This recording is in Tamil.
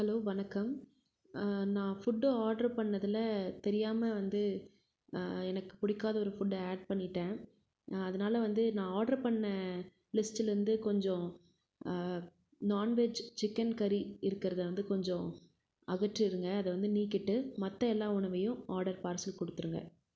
ஹலோ வணக்கம் நான் ஃபுட்டு ஆட்ரு பண்ணதுல தெரியாம வந்து எனக்குப் பிடிக்காத ஒரு ஃபுட்டை ஆட் பண்ணிவிட்டேன் அதனால வந்து நான் ஆட்ரு பண்ண லிஸ்ட்லேந்து கொஞ்ச நான் வெஜ் சிக்கன் கறி இருக்கிறதை வந்து கொஞ்ச அகற்றிருங்க அத வந்து நீக்கிவிட்டு மற்ற எல்லா உணவையும் ஆடர் பார்சல் கொடுத்துருங்க